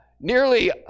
nearly